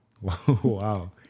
Wow